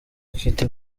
equity